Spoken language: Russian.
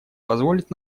позволит